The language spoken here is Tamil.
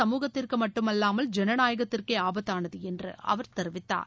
சமூகத்திற்கு மட்டுமல்லாமல் ஜனநாயகத்திற்கே ஆபத்தானது என்று அவர் தெரிவித்தார்